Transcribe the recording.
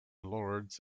lords